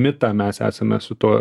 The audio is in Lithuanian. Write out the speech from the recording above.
mitą mes esame su tuo